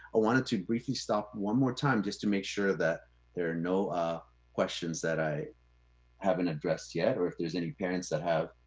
ah wanted to briefly stop one more time just to make sure that there are no ah questions that i haven't addressed yet, or if there's any parents that have